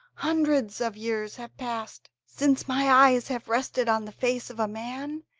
hundreds of years have passed since my eyes have rested on the face of a man,